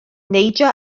neidio